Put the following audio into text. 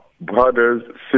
brothers